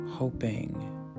Hoping